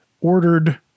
ordered